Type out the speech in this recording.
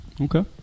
Okay